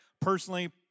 personally